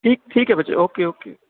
ਠੀਕ ਠੀਕ ਹੈ ਬੱਚੇ ਓਕੇ ਓਕੇ